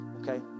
okay